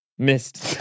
Missed